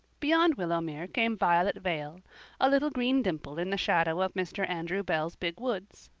beyond willowmere came violet vale a little green dimple in the shadow of mr. andrew bell's big woods.